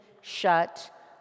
shut